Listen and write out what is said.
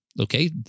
Okay